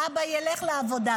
האבא ילך לעבודה,